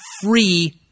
free